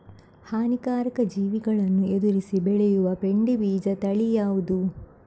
ಹಾನಿಕಾರಕ ಜೀವಿಗಳನ್ನು ಎದುರಿಸಿ ಬೆಳೆಯುವ ಬೆಂಡೆ ಬೀಜ ತಳಿ ಯಾವ್ದು?